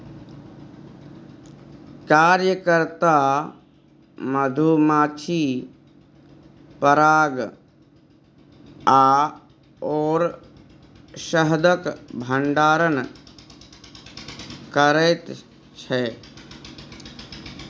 कार्यकर्ता मधुमाछी पराग आओर शहदक भंडारण करैत छै